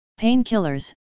Painkillers